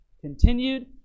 Continued